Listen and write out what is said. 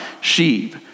sheep